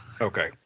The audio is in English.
okay